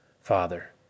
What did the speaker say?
father